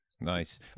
Nice